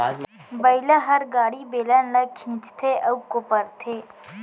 बइला हर गाड़ी, बेलन ल खींचथे अउ कोपरथे